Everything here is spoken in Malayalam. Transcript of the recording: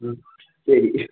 ഉം ശെരി